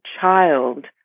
child